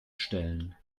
stellen